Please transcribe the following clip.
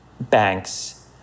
banks